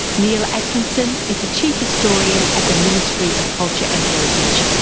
neil atkinson is the chief historian at the ministry of culture and heritage,